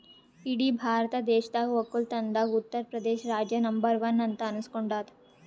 ಇಡೀ ಭಾರತ ದೇಶದಾಗ್ ವಕ್ಕಲತನ್ದಾಗೆ ಉತ್ತರ್ ಪ್ರದೇಶ್ ರಾಜ್ಯ ನಂಬರ್ ಒನ್ ಅಂತ್ ಅನಸ್ಕೊಂಡಾದ್